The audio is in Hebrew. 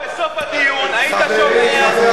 אם לא היית בא בסוף הדיון היית שומע את,